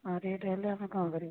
ହଁ ରେଟ୍ ହେଲେ ଆମେ କ'ଣ କରିବୁ